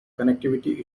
connectivity